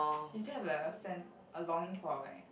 you still have like a sense a longing for like ah